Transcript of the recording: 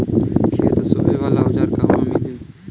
खेत सोहे वाला औज़ार कहवा मिली?